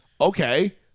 okay